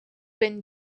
been